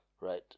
right